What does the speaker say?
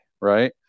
right